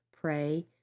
pray